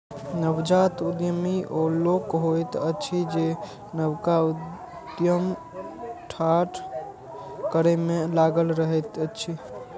नवजात उद्यमी ओ लोक होइत अछि जे नवका उद्यम ठाढ़ करै मे लागल रहैत अछि